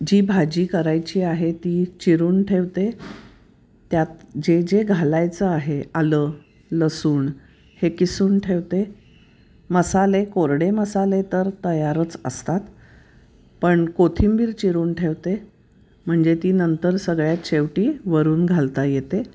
जी भाजी करायची आहे ती चिरून ठेवते त्यात जे जे घालायचं आहे आलं लसूण हे किसून ठेवते मसाले कोरडे मसाले तर तयारच असतात पण कोथिंबीर चिरून ठेवते म्हणजे ती नंतर सगळ्यात शेवटी वरून घालता येते